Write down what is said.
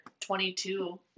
22